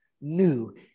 new